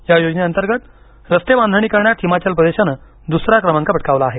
या योजने अंतर्गत रस्ते बांधणी करण्यात हिमाचल प्रदेशानं दुसरा क्रमांक पटकावला आहे